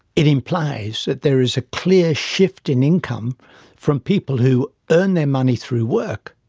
it implies that there is a clear shift in income from people who earn their money through work